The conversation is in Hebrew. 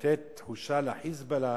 ולתת תחושה ל"חיזבאללה"